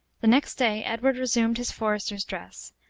the next day, edward resumed his forester's dress,